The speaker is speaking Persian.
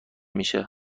میشه